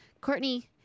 Courtney